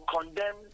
condemn